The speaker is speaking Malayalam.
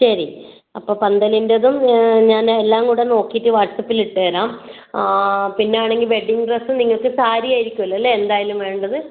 ശരി അപ്പോൾ പന്തലിൻ്റെതും ഞാൻ എല്ലാം കൂടി നോക്കിയിട്ട് വാട്ട്സ്ആപ്പിൽ ഇട്ടുതരാം പിന്നെ ആണെങ്കിൽ വെഡ്ഡിംഗ് ഡ്രസ്സ് നിങ്ങൾക്ക് സാരി ആയിരിക്കുമല്ലോ അല്ലേ എന്തായാലും വേണ്ടത്